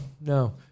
no